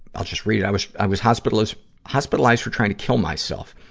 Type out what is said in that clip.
i'll just read it. i was i was hospitalized hospitalized for trying to kill myself.